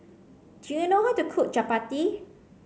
do you know how to cook Chappati